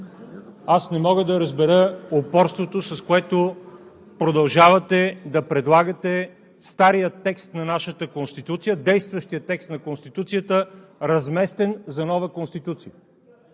Аз не мога да разбера упорството, с което продължавате да предлагате стария текст на нашата Конституция, действащия текст на Конституцията, разместен за нова Конституция!